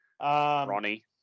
Ronnie